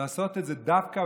לעשות את זה דווקא